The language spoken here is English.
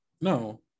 no